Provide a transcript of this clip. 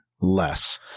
Less